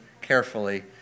carefully